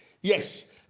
Yes